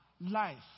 life